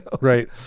Right